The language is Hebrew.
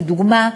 לדוגמה,